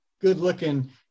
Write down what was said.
good-looking